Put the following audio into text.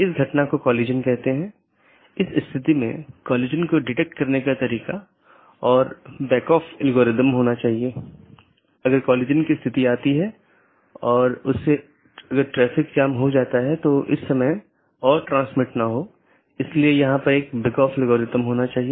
जैसे मैं कहता हूं कि मुझे वीडियो स्ट्रीमिंग का ट्रैफ़िक मिलता है या किसी विशेष प्रकार का ट्रैफ़िक मिलता है तो इसे किसी विशेष पथ के माध्यम से कॉन्फ़िगर या चैनल किया जाना चाहिए